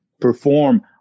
perform